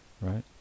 right